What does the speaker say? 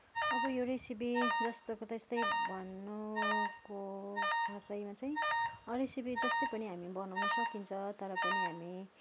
अब यो रेसिपी जस्ताको त्यस्तै भन्नुको खासैमा चाहिँ रेसिपी जस्तो पनि हामी बनाउन सकिन्छ तर पनि हामी